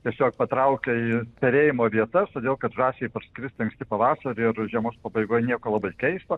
tiesiog patraukia į perėjimo vietas todėl kad žąsiai parskrist anksti pavasarį ar žiemos pabaigoj nieko labai keisto